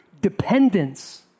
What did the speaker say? dependence